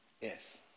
Yes